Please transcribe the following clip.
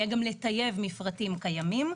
יהיה גם לטייב מפרטים קיימים.